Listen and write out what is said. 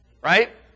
Right